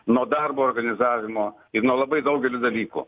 nuo darbo organizavimo ir nuo labai daugelio dalykų